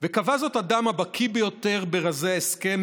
וקבע זאת האדם הבקיא ביותר ברזי ההסכם,